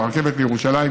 ואת הרכבת מירושלים,